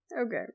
Okay